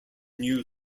new